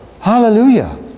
Hallelujah